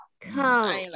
come